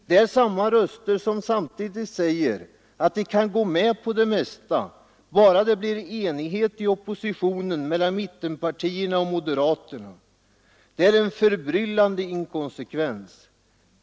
Det är samma röster som samtidigt säger, att de kan gå med på det mesta, bara det blir enighet i oppositionen mellan mittenpartierna och moderaterna. Det är en förbryllande inkonsekvens.